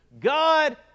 God